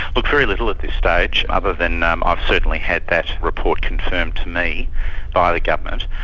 look, very little at this stage, other than um i've certainly had that report confirmed to me by the government.